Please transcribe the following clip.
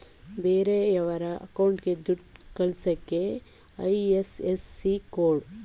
ಬೇರೆಯೋರ ಅಕೌಂಟ್ಗೆ ದುಡ್ಡ ಕಳಿಸಕ್ಕೆ ಐ.ಎಫ್.ಎಸ್.ಸಿ ಕೋಡ್ ಇರರ್ಲೇಬೇಕು